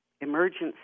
emergency